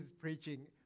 preaching